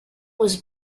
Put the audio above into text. was